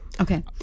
okay